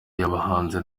yabahanzi